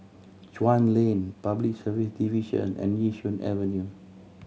Chuan Lane Public Service Division and Yishun Avenue